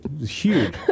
Huge